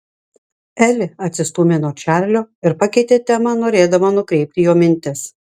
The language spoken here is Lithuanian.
elė atsistūmė nuo čarlio ir pakeitė temą norėdama nukreipti jo mintis